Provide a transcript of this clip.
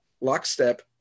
lockstep